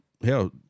hell